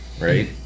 Right